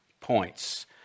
points